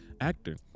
actor